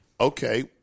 okay